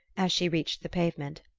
as she reached the pavement.